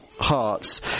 hearts